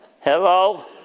Hello